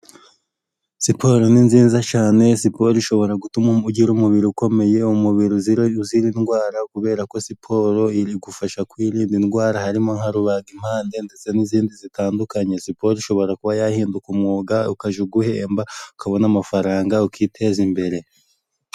Siporo ni nziza cyane, siporo ishobora gutuma ugira umubiri ukomeye, umubiri uzira indwara, kubera ko siporo igufasha kwirinda indwara harimo nka rubagimpande ndetse n'izindi zitandukanye, siporo ishobora kuba yahinduka umwuga ukajya uguhemba ukabona amafaranga, ukiteza imbere.